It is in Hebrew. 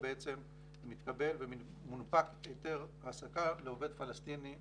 מתקבל ומונפק היתר העסקה לעובד פלסטיני בישראל.